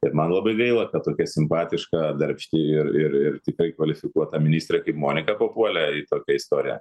ir man labai gaila kad tokia simpatiška darbšti ir ir ir tikrai kvalifikuota ministrė kaip monika papuolė į tokią istoriją